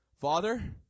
Father